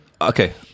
okay